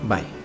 Bye